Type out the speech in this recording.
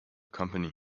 company